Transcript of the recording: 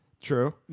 true